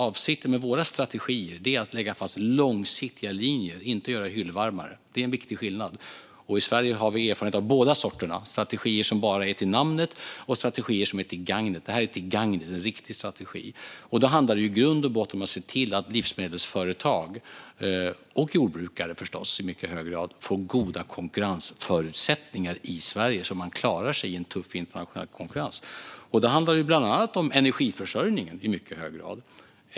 Avsikten med våra strategier är att lägga fast långsiktiga linjer, inte göra hyllvärmare. Det är en viktig skillnad. I Sverige har vi erfarenhet av båda sorterna: strategier som är strategier bara till namnet och strategier som är till gagn för oss. Detta är en riktig strategi som är till gagn för oss. Det handlar i grund och botten om att se till att livsmedelsföretag - och i mycket hög grad jordbrukare, förstås - får goda konkurrensförutsättningar i Sverige så att de klarar sig i en tuff internationell konkurrens. Då handlar det bland annat i mycket hög grad om energiförsörjning.